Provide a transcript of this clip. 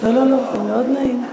לא, לא, לא, זה מאוד נעים ככה.